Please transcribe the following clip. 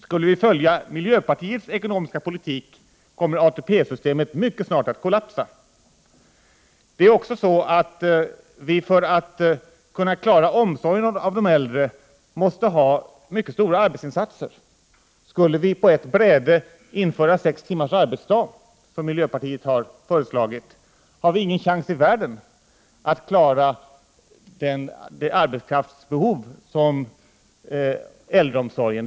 Följer vi miljöpartiets ekonomiska politik kommer ATP-systemet mycket snart att kollapsa. För att klara omsorgen om de äldre måste vi också ha mycket stora arbetsinsatser. Skulle vi på ett bräde införa sex timmars arbetsdag, som miljöpartiet har föreslagit, har vi ingen chans i världen att klara arbetskraftsbehovet för äldreomsorgen.